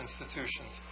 institutions